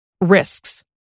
Risks